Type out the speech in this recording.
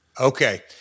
Okay